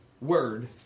word